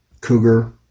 cougar